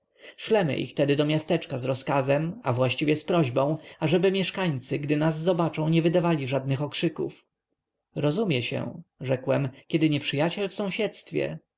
szlemy ich tedy do miasteczka z rozkazem a właściwie z prośbą ażeby mieszkańcy gdy nas zobaczą nie wydawali żadnych okrzyków rozumie się rzekłem kiedy nieprzyjaciel w sąsiedztwie